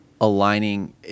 aligning –